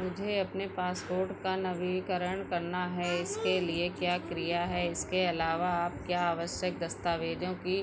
मुझे अपने पासपोर्ट का नवीनीकरण करना है इसके लिए क्या क्रिया है इसके अलावा आप क्या आवश्यक दस्तावेज़ों की